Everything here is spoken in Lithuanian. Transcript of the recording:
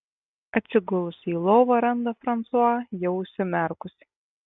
atsigulusi į lovą randa fransua jau užsimerkusį